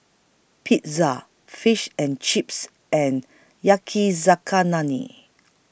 Pizza Fish and Chips and Yakizakana Lee